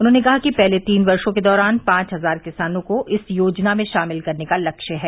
उन्होंने कहा कि पहले तीन वर्षो के दौरान पांच हजार किसानों को इस योजना में शामिल करने का लक्ष्य है